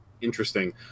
interesting